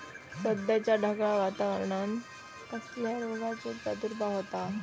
सध्याच्या ढगाळ वातावरणान कसल्या रोगाचो प्रादुर्भाव होता?